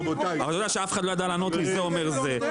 לרשות המים אין סמכות לדחות את המועדים האלה.